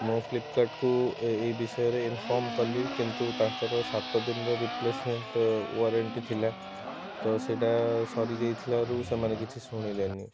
ମୁଁ ଫ୍ଲିପ୍କାର୍ଟ୍କୁ ଏହି ବିଷୟରେ ଇନ୍ଫର୍ମ୍ କଲି କିନ୍ତୁ ତାଙ୍କର ସାତଦିନର ରିପ୍ଲେସ୍ମେଣ୍ଟ୍ ୱାରେଣ୍ଟି ଥିଲା ତ ସେଇଟା ସରିଯାଇଥିଲାରୁ ସେମାନେ କିଛି ଶୁଣିଲେନି